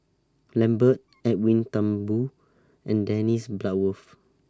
Lambert Edwin Thumboo and Dennis Bloodworth